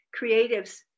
creatives